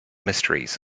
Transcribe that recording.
mysteries